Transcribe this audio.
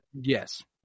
Yes